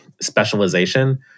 specialization